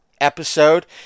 episode